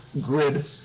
grid